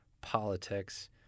politics